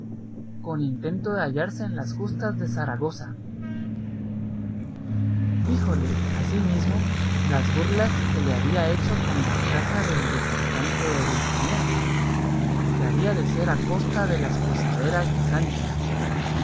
con intento de hallarse en las justas de zaragoza díjole asimismo las burlas que le había hecho con la traza del desencanto de dulcinea que había de ser a costa de las posaderas de sancho